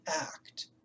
act